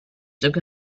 took